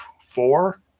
four